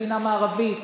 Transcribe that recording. מדינה מערבית,